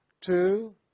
Two